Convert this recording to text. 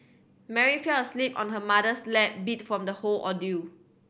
Mary fell asleep on her mother's lap beat from the whole ordeal